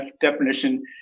definition